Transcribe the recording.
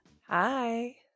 Hi